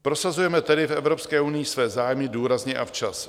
Prosazujme tedy v Evropské unii své zájmy důrazně a včas.